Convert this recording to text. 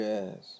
Yes